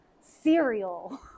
cereal